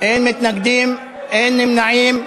אין מתנגדים, אין נמנעים.